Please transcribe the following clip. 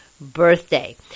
birthday